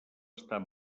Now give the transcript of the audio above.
estar